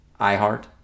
iheart